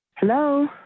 Hello